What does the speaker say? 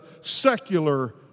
secular